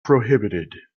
prohibited